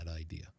idea